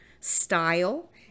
style